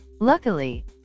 luckily